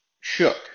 shook